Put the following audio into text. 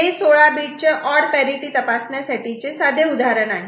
हे 16 बीट चे odd parity तपासण्यासाठी चे साधे उदाहरण आहे